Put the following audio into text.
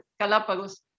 Galapagos